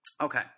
Okay